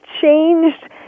changed